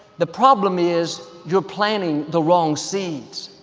the problem is you're planting the wrong seeds.